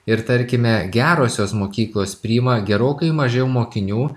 ir tarkime gerosios mokyklos priima gerokai mažiau mokinių